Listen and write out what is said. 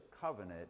covenant